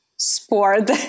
Sport